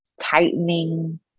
tightening